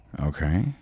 Okay